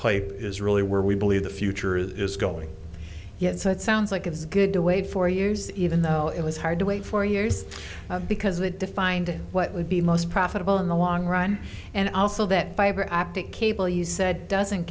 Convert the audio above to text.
play is really where we believe the future is going yet so it sounds like it's good to wait for years even though it was hard to wait for years because it defined what would be most profitable in the long run and also that viber optic cable you said doesn't